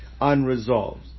Unresolved